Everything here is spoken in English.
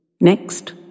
Next